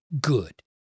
good